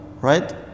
Right